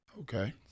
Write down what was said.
okay